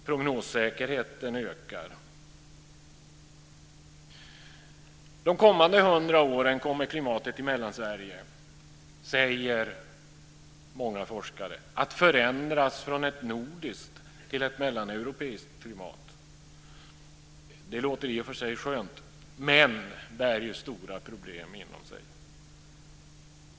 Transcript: Prognossäkerheten ökar. De kommande 100 åren kommer klimatet i Mellansverige, säger många forskare, att förändras från ett nordiskt till ett mellaneuropeiskt klimat. Det låter i och för sig skönt men bär inom sig stora problem.